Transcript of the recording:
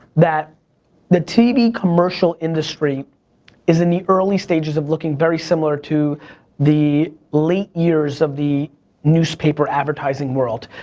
that the tv commercial industry is in the early stages of looking very similar to the late years of the newspaper advertising world.